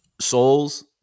souls